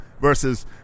versus